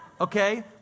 Okay